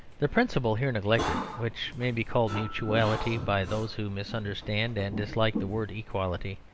the principle here neglected, which may be called mutuality by those who misunderstand and dislike the word equality,